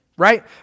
right